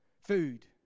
Food